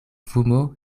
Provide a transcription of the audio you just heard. fumo